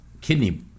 kidney